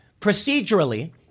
procedurally